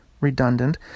redundant